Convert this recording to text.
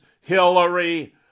Hillary